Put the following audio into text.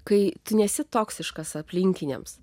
kai tu nesi toksiškas aplinkiniams